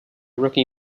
rookie